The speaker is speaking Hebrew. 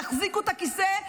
תחזיקו את הכיסא,